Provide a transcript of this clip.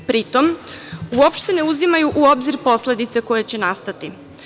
Pri tome, uopšte ne uzimaju u obzir posledice koje će nastati.